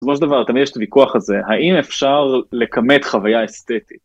בסופו של דבר, תמיד יש את הוויכוח הזה, ‫האם אפשר לכמת חוויה אסתטית?